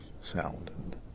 sound